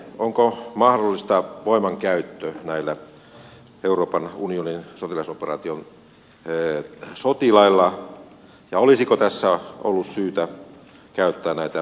onko voimankäyttö mahdollista näillä euroopan unionin sotilasoperaation sotilailla ja olisiko tässä ollut syytä käyttää tätä taisteluoperaatiota alkuvaiheessa